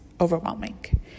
overwhelming